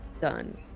Done